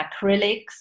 acrylics